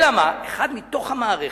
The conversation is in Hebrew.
אלא מה, אחד מתוך המערכת,